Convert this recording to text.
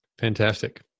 Fantastic